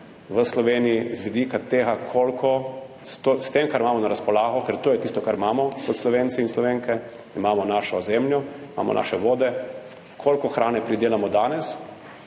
v Sloveniji, z vidika tega, koliko s tem, kar imamo na razpolago, ker to je tisto, kar imamo Slovenci in Slovenke, imamo našo zemljo, imamo naše vode, koliko hrane pridelamo danes